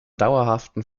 dauerhaften